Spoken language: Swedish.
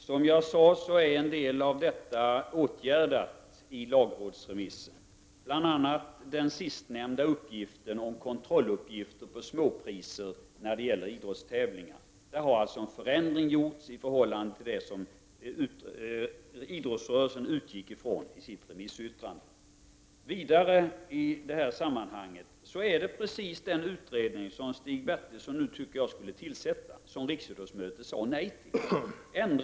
Herr talman! Som jag tidigare sade är en del av dessa problem åtgärdade i lagrådsremissen. Bl.a. gäller detta den sistnämnda uppgiften om skyldighet att lämna kontrolluppgifter för mindre priser vid idrottstävlingar. Där har alltså en förändring gjorts i förslaget i förhållande till det som idrottsrörelsen utgick ifrån i sitt remissyttrande. I det här sammanhanget vill jag vidare säga att den utredning som Stig Bertilsson nu tycker att jag skall tillsätta är precis den utredning som riksidrottsmötet sade nej till.